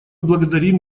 благодарим